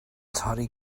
torri